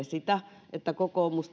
sitä että kokoomus